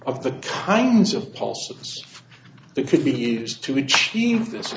of the kinds of pulses that could be used to achieve this